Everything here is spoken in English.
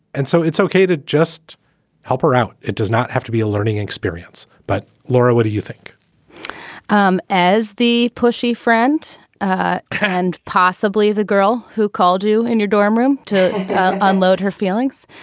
and so it's okay to just help her out. it does not have to be a learning experience but laura, what do you think um as the pushy friend ah and possibly the girl who called you in your dorm room to unload her feelings?